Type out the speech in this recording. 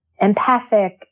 Empathic